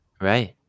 Right